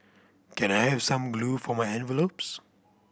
can I have some glue for my envelopes